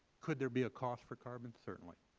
could there be a cost for carbon? certainly.